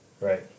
right